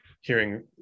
hearing